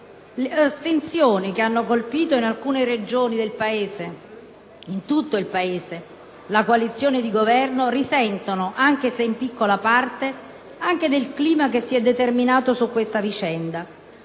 Le astensioni che hanno colpito in alcune Regioni e in tutto il Paese la coalizione di Governo risentono, anche se in piccola parte, anche del clima che si è determinato su questa vicenda.